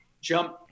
jump